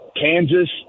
Kansas